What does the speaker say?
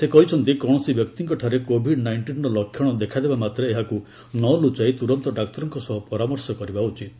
ସେ କହିଛନ୍ତି କୌଣସି ବ୍ୟକ୍ତିଙ୍କଠାରେ କୋଭିଡ୍ ନାଇଷ୍ଟିନ୍ର ଲକ୍ଷଣ ଦେଖାଦେବା ମାତ୍ରେ ଏହାକୁ ନ ଲ୍ତଚାଇ ତୂରନ୍ତ ଡାକ୍ତରଙ୍କ ସହ ପରାମର୍ଶ କରିବା ଉଚିତ୍